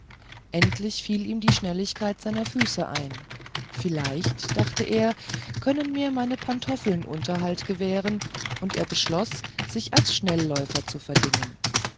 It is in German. endlich fiel ihm die schnelligkeit seiner füße ein vielleicht dachte er können mir meine pantoffel unterhalt gewähren und er beschloß sich als schnelläufer zu verdingen